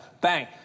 Bang